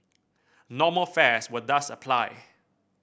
normal fares will thus apply